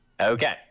Okay